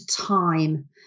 time